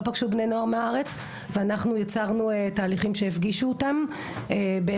לא פגשו בני נוער מהארץ ואנחנו יצרנו תהליכים שהפגישו אותם,